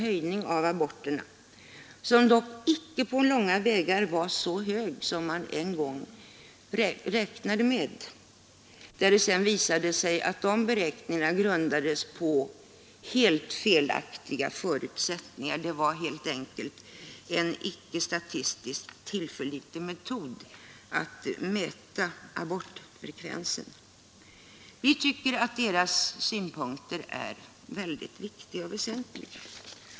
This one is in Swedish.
Ökningen av aborterna är icke på långa vägar så stor som man en gång räknade med; det har visat sig att de beräkningarna grundade sig på helt felaktiga förutsättningar, den metod som användes för att mäta abortfrekvensen var helt enkelt inte statistiskt tillförlitlig. Vi tycker emellertid att kuratorernas synpunkter är viktiga och väsentliga.